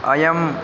अयम्